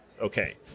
okay